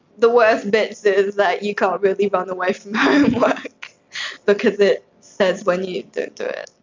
the worst bits is that you can't really run away from homework because it says when you don't do it.